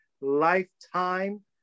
lifetime